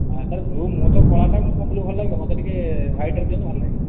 ହଁ ତା'ହେଲେ ବ୍ଲୁ ମୁଁ ତ କଳାଟା ମୁଁ କ'ଣ ବ୍ଲୁ ଭଲ ଲାଗିବ ମୋତେ ଟିକେ ହ୍ୱାଇଟ୍ର ଦିଅନ୍ତୁ ଭଲ ଲାଗିବ